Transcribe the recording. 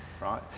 Right